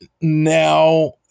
now